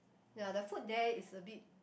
ya the food there is a bit